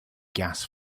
gas